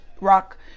rock